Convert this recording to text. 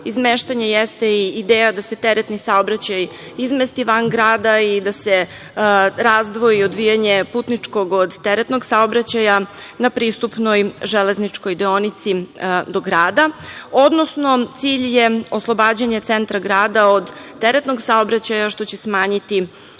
izmeštanje jeste i ideja da se teretni saobraćaj izmesti van grada i da se razdvoji odvijanje putničkog od teretnog saobraćaja na pristupnoj železničkoj deonici do grada, odnosno cilj je oslobađanje centra grada od teretnog saobraćaja, što će smanjiti